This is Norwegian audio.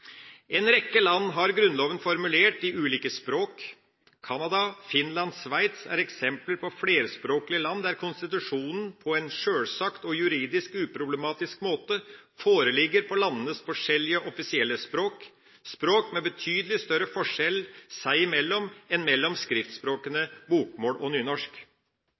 En rekke land har grunnloven formulert på ulike språk. Canada, Finland og Sveits er eksempler på flerspråklige land der konstitusjonen på en sjølsagt og juridisk uproblematisk måte foreligger på landenes forskjellige offisielle språk – språk med betydelig større forskjell seg imellom enn mellom skriftspråkene bokmål og nynorsk.